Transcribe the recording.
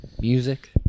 music